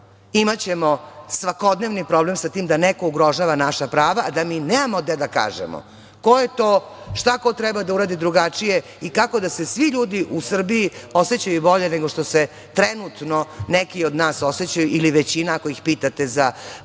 imaćemo svakodnevni problem sa tim da neko ugrožava naša prava, a da mi nemamo gde da kažemo ko je to, šta ko treba da uradi drugačije i kako da se svi ljudi u Srbiji osećaju bolje nego što se trenutno neki od nas osećaju ili većina ako ih pitate za ekonomsko